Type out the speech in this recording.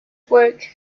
work